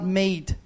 made